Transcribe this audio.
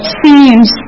seems